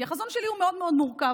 כי החזון שלי הוא מאוד מאוד מורכב,